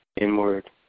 Inward